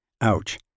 Ouch